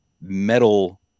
metal